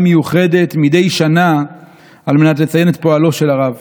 מיוחדת מדי שנה על מנת לציין את פועלו של הרב.